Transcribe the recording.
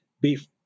beef